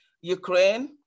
Ukraine